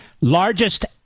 largest